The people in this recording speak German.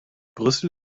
brüssel